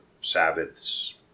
sabbaths